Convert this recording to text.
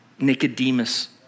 Nicodemus